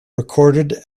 recorded